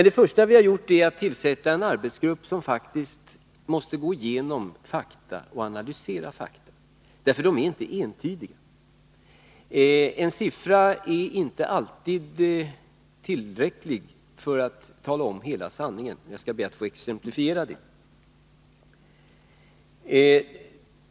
Det första vi har gjort är att tillsätta en arbetsgrupp som faktiskt måste gå igenom och analysera fakta, för de är inte entydiga. En siffra är inte alltid tillräcklig för att tala om hela sanningen. Jag skall be att få exemplifiera det.